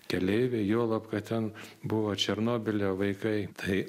keleiviai juolab kad ten buvo černobylio vaikai tai